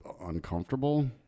uncomfortable